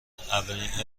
اولین